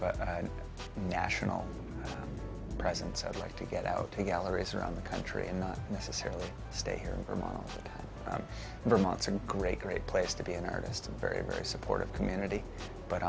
a national presence i'd like to get out to galleries around the country and not necessarily stay here in vermont vermont's a great great place to be an artist and very very supportive community but